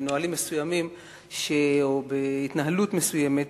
בנהלים מסוימים או בהתנהלות מסוימת